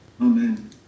Amen